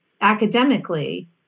academically